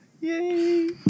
Yay